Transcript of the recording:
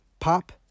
pop